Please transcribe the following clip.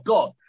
God